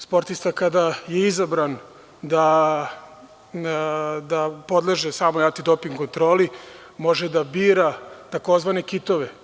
Sportista kada je izabran da podleže antidoping kontroli, može da bira tzv. kitove.